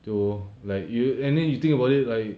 tio bo like you and then you think about it like